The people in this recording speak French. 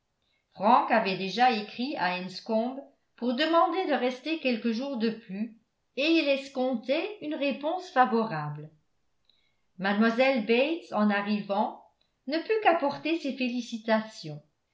frank avait déjà écrit à enscombe pour demander de rester quelques jours de plus et il escomptait une réponse favorable mlle bates en arrivant ne put qu'apporter ses félicitations